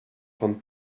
von